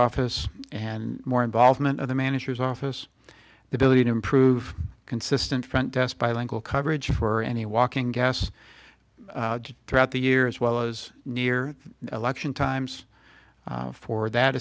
office and more involvement of the manager's office the ability to improve consistent front desk bilingual coverage for any walking gas throughout the year as well as near election times for that